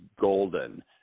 golden